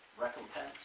recompense